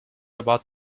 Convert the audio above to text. about